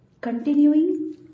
Continuing